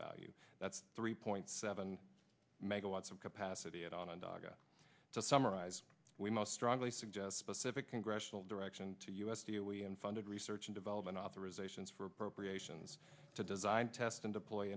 value that's three point seven megawatts of capacity at onondaga to summarize we must strongly suggest specific congressional direction to us to you we in funded research and development authorizations for appropriations to design test and deploy